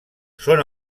són